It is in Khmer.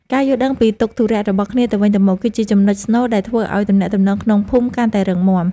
ការយល់ដឹងពីទុក្ខធុរៈរបស់គ្នាទៅវិញទៅមក គឺជាចំណុចស្នូលដែលធ្វើឱ្យទំនាក់ទំនងក្នុងភូមិកាន់តែរឹងមាំ។